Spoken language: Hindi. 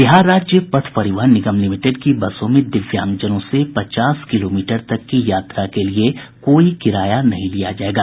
बिहार राज्य पथ परिवहन निगम लिमिटेड की बसों में दिव्यांगजनों से पचास किलोमीटर तक की यात्रा के लिए कोई किराया नहीं लिया जायेगा